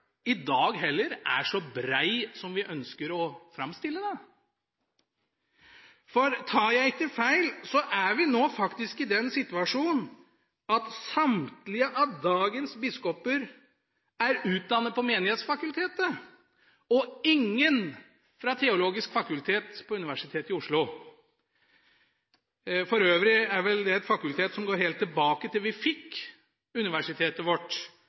i dag heller er så brei som vi ønsker å framstille den? For tar jeg ikke feil, er vi nå faktisk i den situasjonen at samtlige av dagens biskoper er utdannet ved Menighetsfakultetet og ingen ved Det teologiske fakultet ved Universitetet i Oslo. For øvrig er vel Det teologiske fakultet et fakultet som går helt tilbake til da vi fikk universitetet vårt